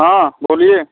हाँ बोलिये